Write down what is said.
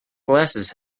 glasses